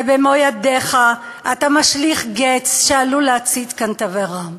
ובמו-ידיך אתה משליך גץ שעלול להצית כאן תבערה.